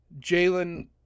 Jalen